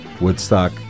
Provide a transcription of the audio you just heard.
Woodstock